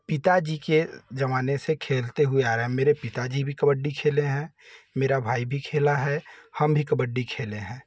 पिता जी के ज़माने से खेलते हुए आ रहे हैं मेरे पिता जी भी कबड्डी खेले हैं मेरा भाई भी खेला है हम भी कबड्डी खेले हैं